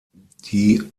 die